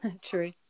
true